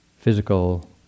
physical